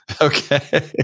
Okay